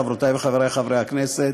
חברותי וחברי חברי הכנסת.